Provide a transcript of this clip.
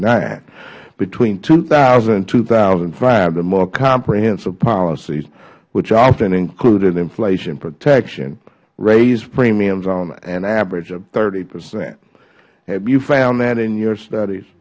nine between two thousand and two thousand and five the more comprehensive policies which often included inflation protection raised premiums on average thirty percent have you found that in your studies